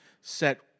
set